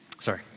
Sorry